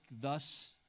thus